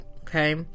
Okay